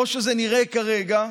שכמו שזה נראה כרגע,